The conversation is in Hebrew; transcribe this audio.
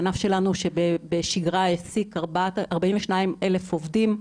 הענף שלנו, שבשגרה העסיק 42,000 עובדים,